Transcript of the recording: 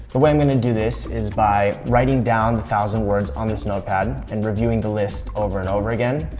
the way i'm gonna do this is by writing down the one thousand words on this notepad and reviewing the list over and over again.